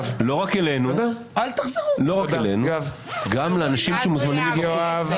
גם לאנשים שמוזמנים לוועדה.